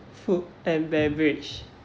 food and beverage